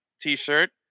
t-shirt